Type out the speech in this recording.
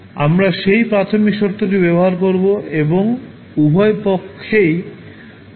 আমরা সেই প্রাথমিক শর্তটি ব্যবহার করবো এবং উভয় পক্ষেই সমাকলনকরণ করবো